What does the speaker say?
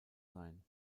sein